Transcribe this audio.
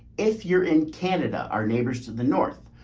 if you're in canada, our neighbors to the north,